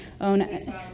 own